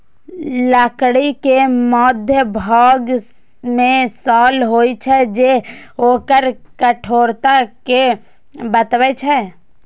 लकड़ी के मध्यभाग मे साल होइ छै, जे ओकर कठोरता कें बतबै छै